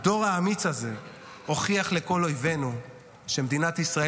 הדור האמיץ הזה הוכיח לכל אויבינו שמדינת ישראל